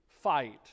fight